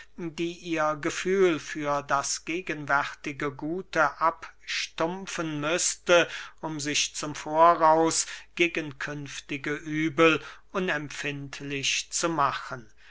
die ihr gefühl für das gegenwärtige gute abstumpfen müßte um sich zum voraus gegen künftige übel unempfindlich zu machen